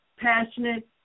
passionate